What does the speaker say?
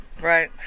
Right